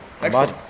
Excellent